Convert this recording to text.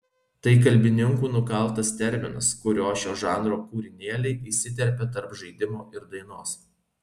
tai kalbininkų nukaltas terminas kuriuo šio žanro kūrinėliai įsiterpia tarp žaidimo ir dainos